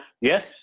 Yes